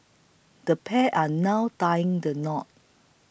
the pair are now tying the knot